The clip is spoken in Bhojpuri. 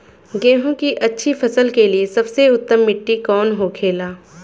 गेहूँ की अच्छी फसल के लिए सबसे उत्तम मिट्टी कौन होखे ला?